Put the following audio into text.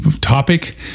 topic